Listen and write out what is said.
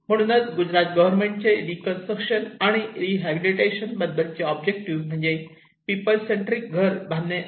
म्हणूनच गुजरात गव्हर्मेंटचे रीकन्स्ट्रक्शन आणि रीहबिलीटेशन बद्दलचे ऑब्जेक्टिव्ह म्हणजे पीपल सेंट्रींक घरे बांधणे आहे